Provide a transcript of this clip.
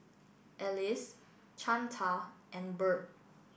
Alyse Chantal and Bird